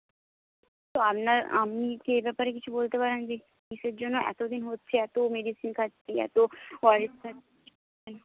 তো আপনার আপনি কি এ ব্যাপারে কিছু বলতে পারেন যে কীসের জন্য এতো দিন হচ্ছে এতো মেডিসিন খাচ্ছি এতো ও আর এস খাচ্ছি